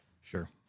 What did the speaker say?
Sure